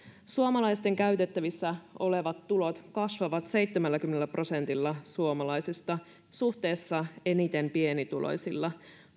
käytettävissä olevat tulot kasvavat seitsemälläkymmenellä prosentilla suomalaisista suhteessa eniten pienituloisilla